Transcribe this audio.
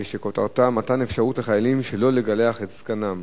שכותרתה: מתן אפשרות לחיילים שלא לגלח את זקנם.